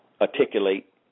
articulate